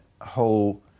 whole